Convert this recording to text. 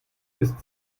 ist